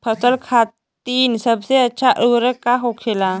फसल खातीन सबसे अच्छा उर्वरक का होखेला?